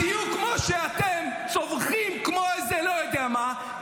בדיוק כמו שאתם צווחים כמו איזה לא יודע מה,